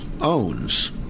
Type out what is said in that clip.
owns